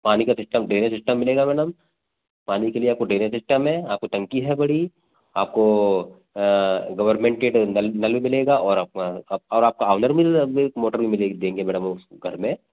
पानी का system drainage system मिलेगा मैडम पानी के लिए आपको ड्रेनेज सिस्टम है आपको टंकी है बड़ी आपको गवर्नमेंट के नल भी मिलेगा और आप आप और आपका आँगन भी मोटर भी मिलेगी देंगे मैडम वो घर में